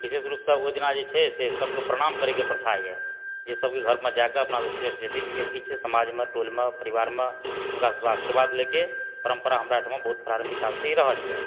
विशेष रूपसंँ ओहि दिना जे छै से सबकेँ प्रणाम करएके प्रथा यऽ जे सबकेंँ घरमे जाके अपनासंँ श्रेष्ठ जतय भी व्यक्ति छै समाजमे टोलमे परिवारमे हुनका सबकेँ आशीर्वाद लए कऽ परम्परा हमरा एहिठाम बहुत प्रारम्भिक काल से ही रहल यऽ